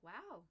Wow